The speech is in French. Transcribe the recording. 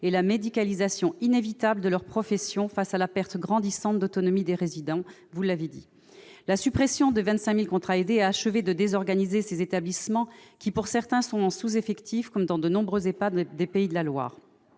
et la médicalisation inévitable de leur profession face à la perte grandissante d'autonomie des résidents, vous l'avez dit. La suppression des 25 000 contrats aidés a achevé de désorganiser ces établissements qui, pour certains, sont en sous-effectifs ; c'est le cas de nombreux EHPAD des Pays de la Loire.